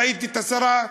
ראיתי את השרה,